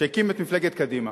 שהקים את מפלגת קדימה.